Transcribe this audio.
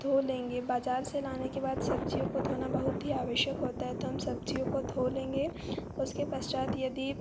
धो लेंगे बाजार से लाने के बाद सब्जियों को धोना बहुत ही आवश्यक होता है तो हम सब्जियों को धो लेंगे उसके पश्चात यदि